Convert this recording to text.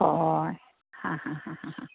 हय हां हां हां हां हां